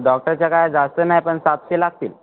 डॉक्टरच्या काय जास्त नाही पण सातशे लागतील